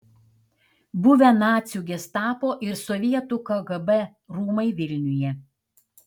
buvę nacių gestapo ir sovietų kgb rūmai vilniuje